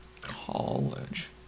College